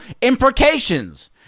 imprecations